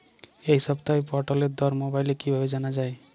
এই সপ্তাহের পটলের দর মোবাইলে কিভাবে জানা যায়?